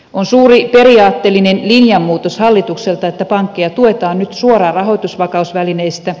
on suuri periaatteellinen linjanmuutos hallitukselta että pankkeja tuetaan nyt suoraan rahoitusvakausvälineestä